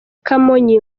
kamonyi